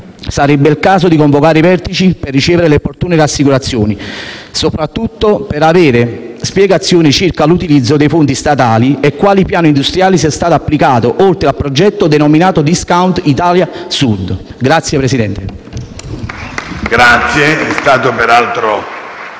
sarebbe il caso di convocare i vertici per ricevere le opportune rassicurazioni, soprattutto per avere spiegazioni circa l’utilizzo dei fondi statali e quale piano industriale sia stato applicato oltre al progetto denominato «Discount Italia Sud». (Applausi